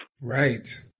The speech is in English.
Right